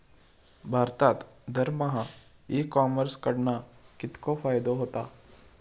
भारतात दरमहा e commerce कडणा कितको फायदो होता?